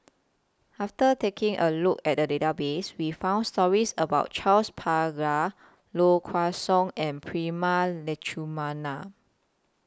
after taking A Look At The Database We found stories about Charles Paglar Low Kway Song and Prema Letchumanan